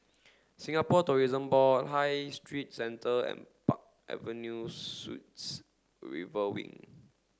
Singapore Tourism Board High Street Centre and Park Avenue Suites River Wing